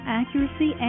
accuracy